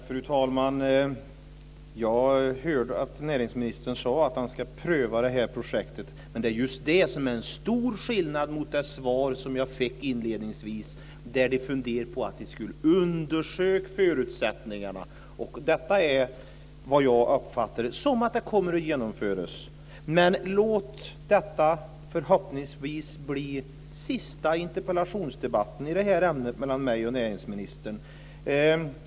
Fru talman! Jag hörde att näringsministern sade att han ska pröva det här projektet, men det är just det som är en stor skillnad mot det svar som jag fick inledningsvis, där han säger att man ska fundera på att undersöka förutsättningarna. Detta uppfattar jag nu som att det kommer att genomföras. Men låt detta bli förhoppningsvis den sista interpellationsdebatten i det här ämnet mellan mig och näringsministern.